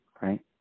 right